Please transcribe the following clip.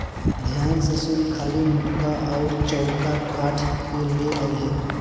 ध्यान से सुन खाली मोटका अउर चौड़का काठ ले अइहे